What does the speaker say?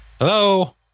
Hello